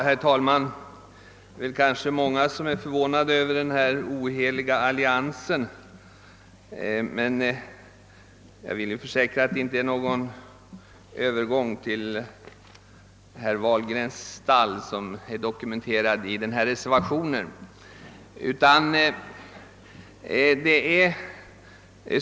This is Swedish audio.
Herr talman! Det är kanske många som förvånat sig över den oheliga allians som här föreligger. Men jag vill försäkra att det inte är någon övergång till herr Wahlgrens stall som framgår av reservationen.